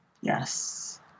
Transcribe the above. yes